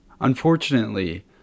Unfortunately